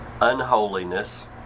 unholiness